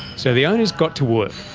so the owners got to work.